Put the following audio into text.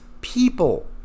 people